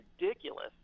ridiculous